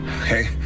Okay